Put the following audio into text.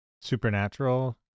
Supernatural